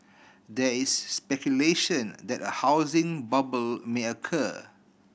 there is speculation that a housing bubble may occur